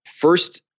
first